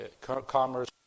commerce